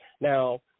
now